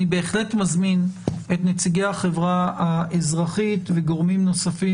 ואני בהחלט מזמין את נציגי החברה האזרחית וגורמים נוספים